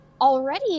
already